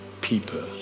people